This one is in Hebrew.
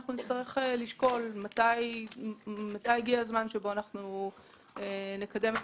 אנחנו נצטרך לשקול מתי יגיע הזמן שבו נקדם את